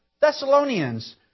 Thessalonians